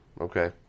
okay